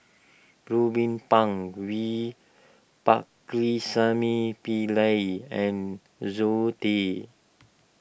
Ruben Pang V Pakirisamy Pillai and Zoe Tay